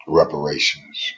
reparations